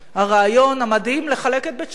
הרעיון המדהים לחלק את בית-שמש.